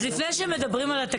אז לפני שמדברים על התקציב,